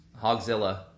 Hogzilla